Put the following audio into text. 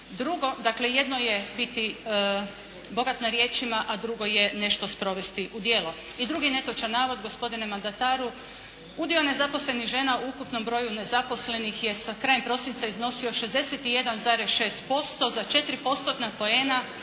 dakle jedno je biti bogat na riječima a drugo je nešto sprovesti u djelo. I drugi netočan navod gospodine mandataru udio nezaposlenih žena u ukupnom broju nezaposlenih je sa krajem prosinca iznosio 61,6%. Za 4 postotna